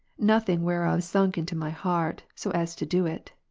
nothing whereof sunk into my heart, so as to do it.